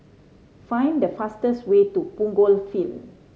find the fastest way to Punggol Field